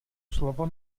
slovo